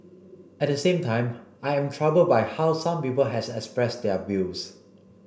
at the same time I am troubled by how some people has expressed their views